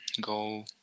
go